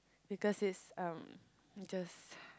because it's um just